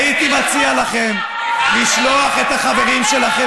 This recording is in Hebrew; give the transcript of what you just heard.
הייתי מציע לכם לשלוח את החברים שלכם